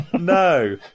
No